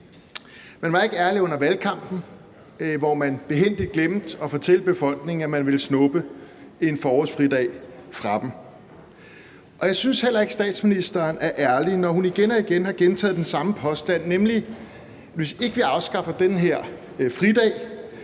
Man var ikke ærlig under valgkampen, hvor man behændigt glemte at fortælle befolkningen, at man ville snuppe en forårsfridag fra dem. Og jeg synes heller ikke, at statsministeren er ærlig, når hun igen og igen har gentaget den samme påstand, nemlig at hvis vi ikke afskaffer den her fridag,